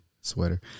sweater